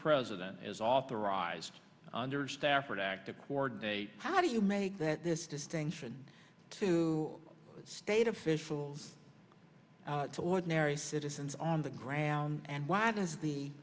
president is authorized under stafford act to coordinate how do you make that this distinction to state officials to ordinary citizens on the ground and why does the